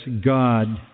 God